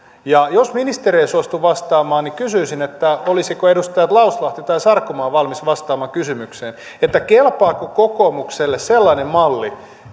jos ministeri ei suostu vastaamaan niin kysyisin olisiko edustaja lauslahti tai edustaja sarkomaa valmis vastaamaan kysymykseen kelpaako kokoomukselle sellainen malli